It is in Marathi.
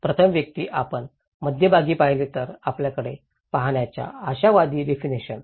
प्रथम व्यक्ती आपण मध्यभागी पाहिले तर याकडे पाहण्याच्या आशावादाची डेफिनेशन